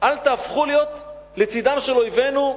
אל תהפכו להיות לצדם של אויבינו.